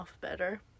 better